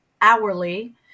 hourly